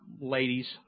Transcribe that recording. ladies